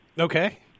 okay